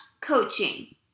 coaching